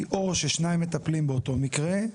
כי או ששניים מטפלים באותו מקרה,